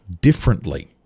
differently